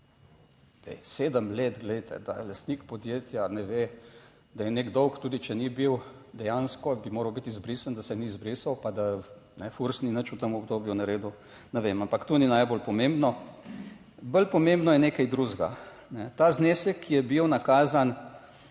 sedem let, glejte da je lastnik podjetja, ne ve, da je nek dolg, tudi če ni bil, dejansko bi moral biti izbrisan, da se ni izbrisal pa da FURS ni nič v tem obdobju naredil ne vem, ampak to ni najbolj pomembno, bolj pomembno je nekaj drugega. Ta znesek je bil nakazan